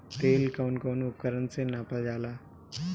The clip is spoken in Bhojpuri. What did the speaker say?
तेल कउन कउन उपकरण से नापल जाला?